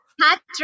Patrick